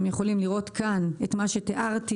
אתם יכולים לראות כאן את מה שתיארתי,